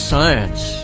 Science